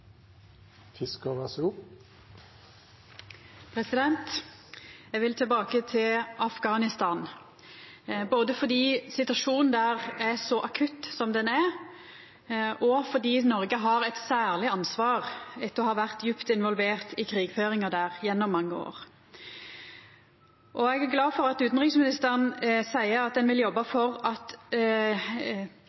Eg vil tilbake til Afghanistan, både fordi situasjonen der er så akutt som han er, og fordi Noreg har eit særleg ansvar etter å ha vore djupt involvert i krigføringa der gjennom mange år. Eg er glad for at utanriksministeren seier at ein vil jobba for at